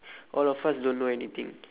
all of us don't know anything